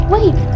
Wait